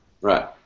Right